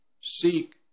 seek